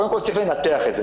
קודם כל, צריך לנתח את זה.